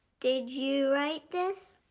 did you write this?